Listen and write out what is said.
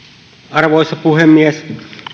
arvoisa puhemies